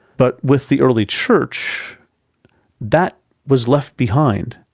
but with the early church that was left behind.